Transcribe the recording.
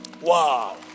Wow